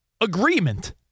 agreement